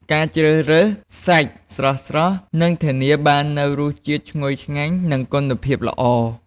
ការជ្រើសរើសសាច់ស្រស់ៗ នឹងធានាបាននូវរសជាតិឈ្ងុយឆ្ងាញ់ និងគុណភាពល្អ។